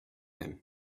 him